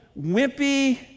wimpy